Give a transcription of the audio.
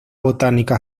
botánica